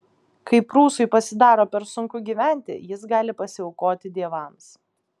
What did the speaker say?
kai prūsui pasidaro per sunku gyventi jis gali pasiaukoti dievams